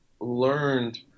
learned